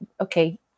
okay